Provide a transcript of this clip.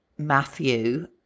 Matthew